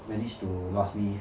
managed to last me